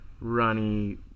runny